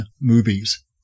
Movies